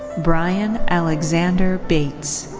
bryan alexander bates.